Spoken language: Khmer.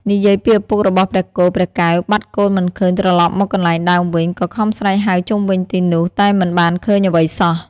និយាយពីឪពុករបស់ព្រះគោ ព្រះកែវ បាត់កូនមិនឃើញត្រឡប់មកកន្លែងដើមវិញ ក៏ខំស្រែកហៅជុំវិញទីនោះ តែមិនបានឃើញអ្វីសោះ។